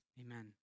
Amen